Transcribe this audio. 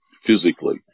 physically